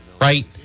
right